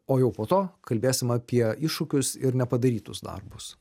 o jau po to kalbėsim apie iššūkius ir nepadarytus darbus